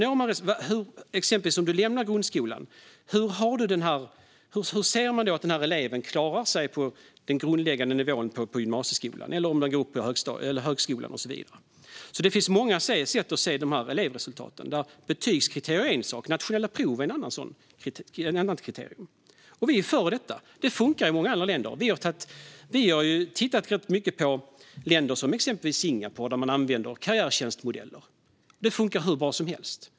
När en elev exempelvis lämnar grundskolan, hur ser man att eleven klarar sig på den grundläggande nivån på gymnasieskolan eller vidare på högskolan? Det finns många sätt att se på elevresultaten. Betygskriterier är en sak. Nationella prov är ett annat kriterium. Vi är för dessa. De funkar i många andra länder. Vi har tittat på till exempel Singapore, där man använder karriärtjänstmodeller, och de funkar hur bra som helst.